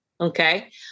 okay